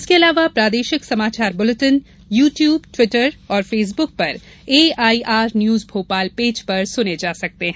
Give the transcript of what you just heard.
इसके अलावा प्रादेशिक समाचार बुलेटिन यू ट्यूब ट्विटर और फेसबुक पर एआईआर न्यूज भोपाल पेज पर सुने जा सकते हैं